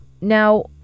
Now